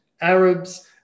Arabs